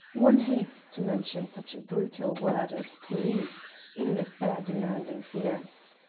one hates to mention such a brutal word as police in an affair demanding finesse.